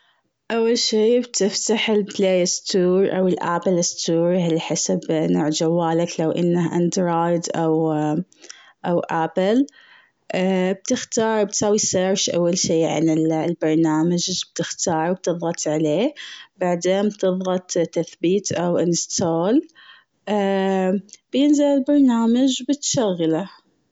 أول شيء بتفتح play store أو apple store على حسب نوع جوالك لو إنه اندرويد أو إنه آبل. بتختار تساوي search أول شي عن ال- البرنامج بتختاره و بتضغط عليه بعدين بتضغط تثبيت أو install، بينزل البرنامج بتشغله.